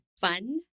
fun